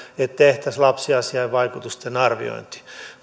että tehtäisiin lapsiasiainvaikutusten arviointi